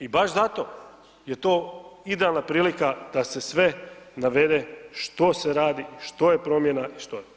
I baš zato je to idealna prilika da se sve navede što se radi, što je promjena i što je.